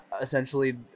essentially